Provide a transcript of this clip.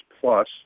plus